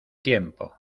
tiempo